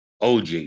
OG